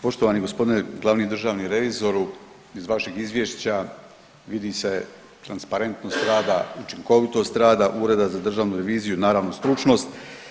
Poštovani gospodine glavni državni revizoru, iz vašeg izvješća vidi se transparentnost rada, učinkovitost rada Ureda za državnu reviziju, naravno stručnost.